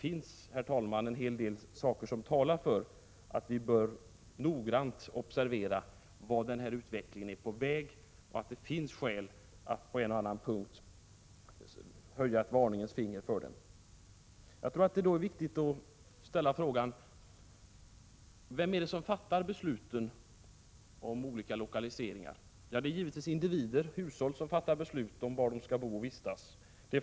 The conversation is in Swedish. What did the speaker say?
Jag tror, herr talman, att det finns en hel del som talar för att vi noggrant bör observera vart utvecklingen är på väg, och jag tror att det finns skäl att på en och annan punkt höja ett varningens finger. Det är viktigt att ställa frågan: Vem är det som fattar besluten om olika lokaliseringar? Givetvis är det individer — hushåll — som fattar beslut om var de skall bo och vistas.